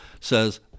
says